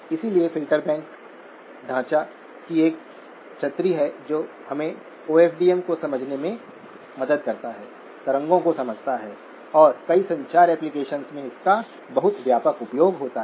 इसलिए filter bank ढांचा की एक छतरी है जो हमें ओ एफ डी एम को समझने में मदद करता है तरंगों को समझाता है और कई संचार ऍप्लिकेशन्स में इसका बहुत व्यापक उपयोग होता है